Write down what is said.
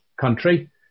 country